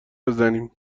بزنیم